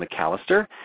McAllister